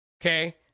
Okay